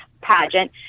pageant